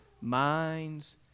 minds